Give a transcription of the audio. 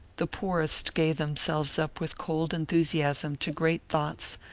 the poorest gave themselves up with cold enthusiasm to great thoughts,